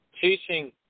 teaching